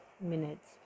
minutes